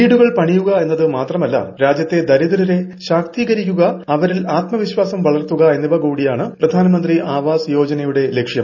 വീടുകൾ പണിയുക എന്നത് മാത്രമല്ല രാജ്യത്തെ ദരിദ്രരെ ശാക്തീകരിക്കുക അവരിൽ ആത്മവിശ്വാസം വളർത്തുക എന്നിവ കൂടിയാണ് പ്രധാനമന്ത്രി ആവാസ് യോജനയുടെ ലക്ഷ്യം